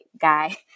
guy